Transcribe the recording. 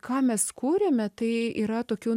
ką mes kūrėme tai yra tokių